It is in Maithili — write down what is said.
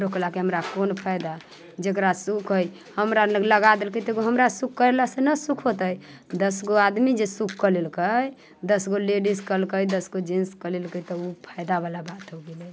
रोकलाके हमरा कोन फायदा जकरा सुख हय हमरा लग लगा देलकै तऽ एगो हमरा सुख कैलासँ नहि सुख होतै दस गो आदमी जे सुख कऽ लेलकै दस गो लेडीज केलकै दस गो जेंटस कऽ लेलकै तऽ ओ फायदावला बात हो गेलै